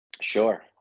Sure